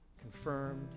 confirmed